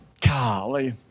golly